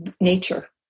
nature